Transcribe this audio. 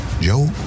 Joe